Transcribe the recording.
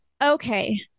Okay